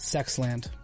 Sexland